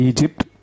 Egypt